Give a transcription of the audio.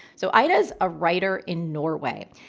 so ida's a writer in norway,